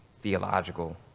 theological